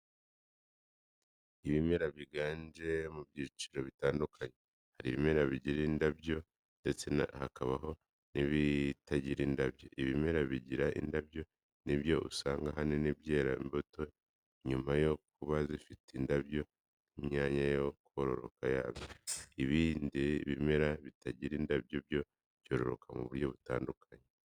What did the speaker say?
Ibimera bigabanije mu byiciro bitandukanye, hari ibimera bigira indabyo ndetse hakabaho n'ibitagira indabyo. Ibimera bigira indabyo ni byo usanga ahanini byera imbuto nyuma yo kuba zifite indabyo nk'imyanya yo kororoka yabyo. Ibindi bimera bitagira indabyo byo byororoka mu buryo butandukanye.